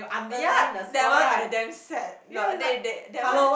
ah ya that one I damn sad no they they that one